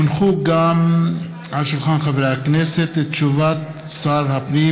כמו כן הונחה על שולחן הכנסת הודעת שר הפנים